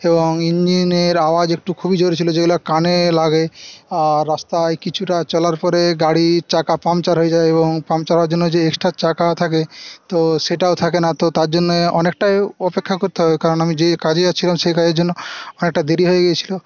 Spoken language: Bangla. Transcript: এবং ইঞ্জিনের আওয়াজ একটু খুবই জোরে ছিল যেগুলো কানে লাগে আর রাস্তায় কিছুটা চলার পরে গাড়ি চাকা পাংচার হয়ে যায় এবং পাংচার হওয়ার জন্য যে এক্সট্রা চাকা থাকে তো সেটাও থাকে না তো তার জন্যে অনেকটাই অপেক্ষা করতে হবে কারণ আমি যে কাজে যাচ্ছিলাম সে কাজের জন্য অনেকটা দেরি হয়ে গেছিল